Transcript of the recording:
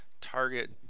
target